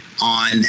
on